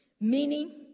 Meaning